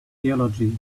theology